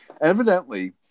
Evidently